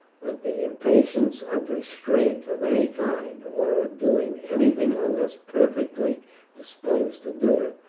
but the impatience of restraint of any kind, or of doing anything unless perfectly disposed to do it,